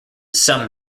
some